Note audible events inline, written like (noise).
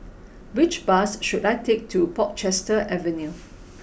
(noise) which bus should I take to Portchester Avenue